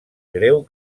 greu